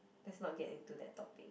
let's not get into that topic